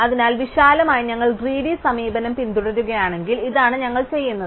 അതിനാൽ വിശാലമായി ഞങ്ങൾ ഗ്രീഡി സമീപനം പിന്തുടരുകയാണെങ്കിൽ ഇതാണ് ഞങ്ങൾ ചെയ്യുന്നത്